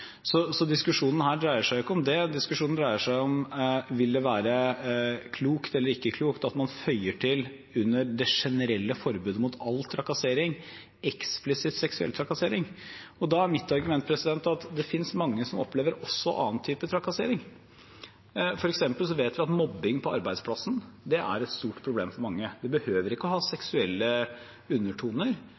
Så diskusjonen her dreier seg ikke om dette. Diskusjonen dreier seg om hvorvidt det vil være klokt eller ikke klokt at man, under det generelle forbudet mot all trakassering, eksplisitt føyer til seksuell trakassering. Da er mitt argument at det finnes mange som opplever også annen trakassering. For eksempel vet vi at mobbing på arbeidsplassen er et stort problem for mange. Det behøver ikke å ha seksuelle undertoner,